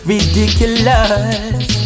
Ridiculous